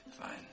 Fine